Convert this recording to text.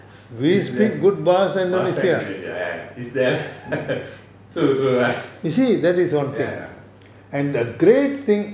bahasa indonesia ya ya it's their true true ya ya